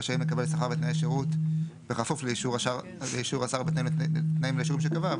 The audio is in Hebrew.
רשאים לקבל שכר בתנאי שירות בכפוף לאישור השר בתנאים לאישורים שקבע,